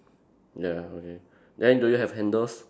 ya okay then do you have handles